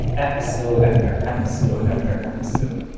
episode after episode after episode.